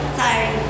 sorry